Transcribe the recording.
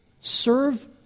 serve